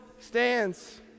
stands